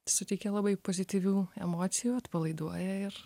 suteikė labai pozityvių emocijų atpalaiduoja ir